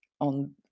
on